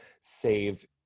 save